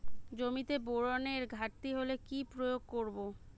জমিতে বোরনের ঘাটতি হলে কি প্রয়োগ করব?